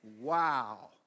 wow